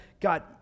God